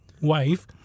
wife